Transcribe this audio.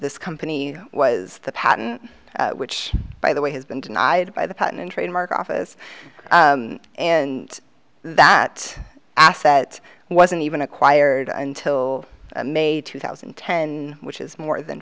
this company was the patent which by the way has been denied by the patent and trademark office and that asset wasn't even acquired until may two thousand and ten which is more than